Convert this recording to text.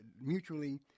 mutually